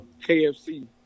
KFC